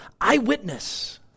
eyewitness